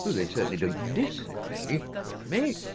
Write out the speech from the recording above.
they certainly don't disagree with me.